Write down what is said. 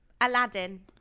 Aladdin